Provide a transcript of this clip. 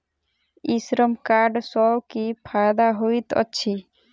ई श्रम कार्ड सँ की फायदा होइत अछि?